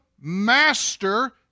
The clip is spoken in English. master